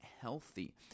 healthy